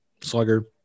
slugger